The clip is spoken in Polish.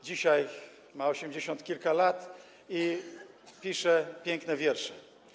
Dzisiaj ma osiemdziesiąt kilka lat i pisze piękne wiersze.